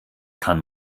kann